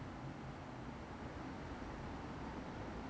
I would think ok 现在是 limit 现在是 limited